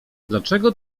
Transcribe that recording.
dlaczego